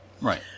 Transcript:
Right